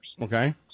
Okay